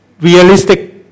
realistic